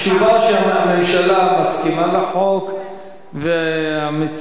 התשובה שהממשלה מסכימה לחוק והמציע,